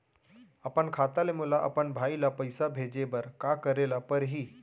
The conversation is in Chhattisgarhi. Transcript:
अपन खाता ले मोला अपन भाई ल पइसा भेजे बर का करे ल परही?